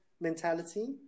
mentality